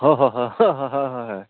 হয় হয় হয় হয় হয় হয়